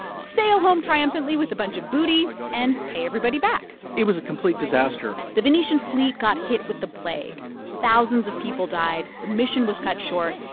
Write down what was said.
sail home triumphantly with a bunch of booty and pay everybody back it was a complete disaster the venetian fleet got hit with the plague. thousands of people died. the mission was cut short,